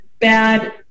bad